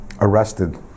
arrested